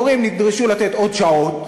המורים נדרשו לתת עוד שעות,